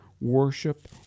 worship